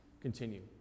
continue